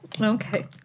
okay